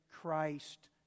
Christ